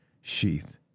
sheath